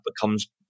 becomes